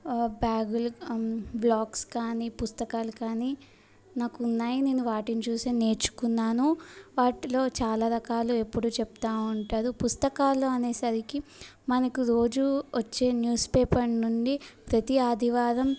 బ్యాగులు బ్లాక్స్ కానీ పుస్తకాలు కానీ నాకు ఉన్నాయి నేను వాటిని చూసే నేర్చుకున్నాను వాటిలో చాలా రకాలు ఎప్పుడు చెప్తు ఉంటారు పుస్తకాలు అనేసరికి మనకు రోజు వచ్చే న్యూస్పేపర్ నుండి ప్రతి ఆదివారం